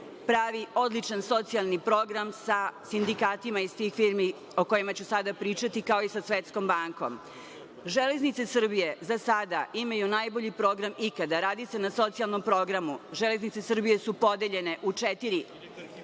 pravi odličan socijalni program sa sindikatima iz tih firmi o kojima ću sada pričati, kao i sa Svetskom bankom.„Železnice Srbije“, za sada, imaju najbolji program ikada. Radi se na socijalnom programu. „Železnice Srbije“ su podeljene u četiri